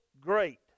great